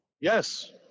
yes